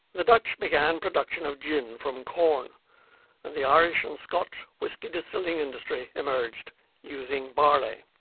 the dutch began production of gin from corn and the irish and scotch whiskey distilling industry emerged using barley.